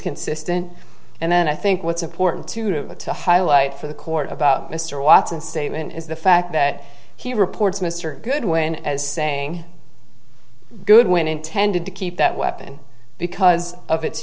consistent and then i think what's important to the to highlight for the court about mr watson statement is the fact that he reports mr goodwin as saying goodwin intended to keep that weapon because of its